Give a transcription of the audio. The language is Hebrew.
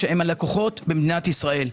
שהן הלקוחות במדינת ישראל.